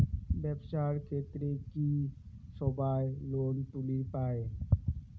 ব্যবসার ক্ষেত্রে কি সবায় লোন তুলির পায়?